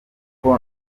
uko